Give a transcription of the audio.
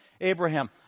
Abraham